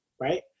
right